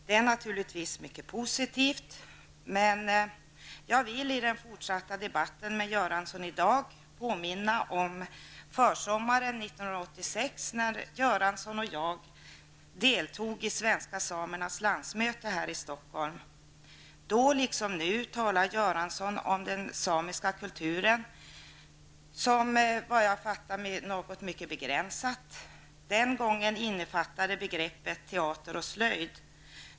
Det är naturligtvis mycket positivt, men jag vill i den fortsatta debatten med Göransson i dag påminna om försommaren 1986, när Göransson och jag deltog i de svenska samernas landsmöte här i Stockholm. Då liksom nu talade Göransson om den samiska kulturen som något mycket begränsat. Den gången innefattade begreppet teater och slöjd.